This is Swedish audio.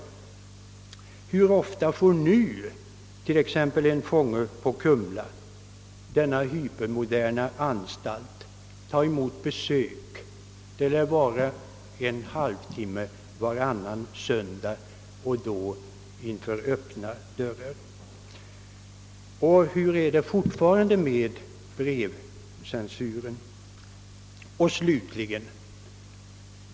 Hur ofta får nu en fånge på Kumla, denna hypermoderna anstalt, ta emot besök? Det lär vara en halvtimme varannan söndag — och då inför öppna dörrar. Hur fungerar brevcensuren numera?